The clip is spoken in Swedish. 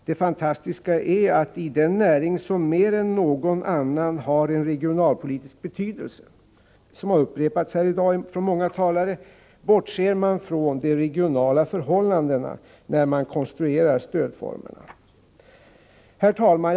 Det fantastiska är att i den näring som mer än någon annan har en regionalpolitisk betydelse bortser man — något som framhållits här i dag av många talare — från de regionala förhållandena, när man konstruerar stödformerna. Herr talman!